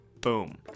Boom